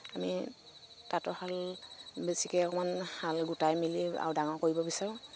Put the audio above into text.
আমি তাঁতৰশাল বেছিকৈ অকণমান শাল গোটাই মেলি আৰু ডাঙৰ কৰিব বিচাৰো